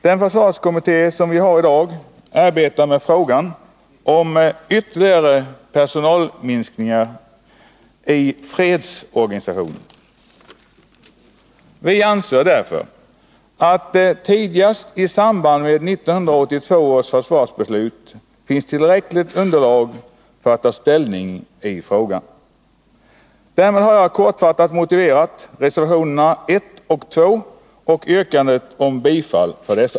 Den försvarskommitté som vi har i dag arbetar med frågan om ytterligare personalminskningar i fredsorganisationen. Vi anser därför att det tidigast i samband med 1982 års försvarsbeslut finns tillräckligt underlag för att ta ställning i frågan. Därmed har jag kortfattat motiverat reservationerna 1 och 2 — och yrkandet om bifall till dessa.